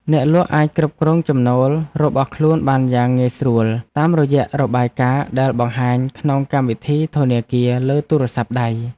អ្នកលក់អាចគ្រប់គ្រងចំណូលរបស់ខ្លួនបានយ៉ាងងាយស្រួលតាមរយៈរបាយការណ៍ដែលបង្ហាញក្នុងកម្មវិធីធនាគារលើទូរស័ព្ទដៃ។